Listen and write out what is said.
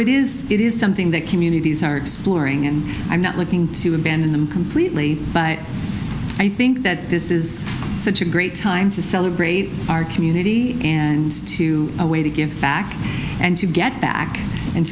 it is it is something that communities are exploring and i'm not looking to abandon them completely but i think that this is such a great time to celebrate our community and to a way to give back and to get back and